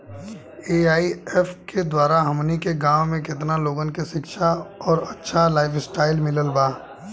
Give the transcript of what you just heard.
AIF के द्वारा हमनी के गांव में केतना लोगन के शिक्षा और अच्छा लाइफस्टाइल मिलल बा